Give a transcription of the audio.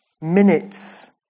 Minutes